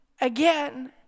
again